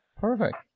perfect